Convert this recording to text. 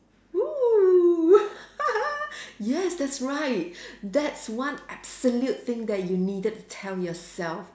!woo! yes that's right that's one absolute thing that you needed to tell yourself